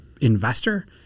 investor